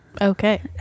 Okay